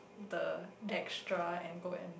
the extra and go and